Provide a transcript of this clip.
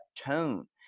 tone